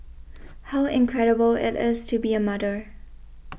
how incredible it is to be a mother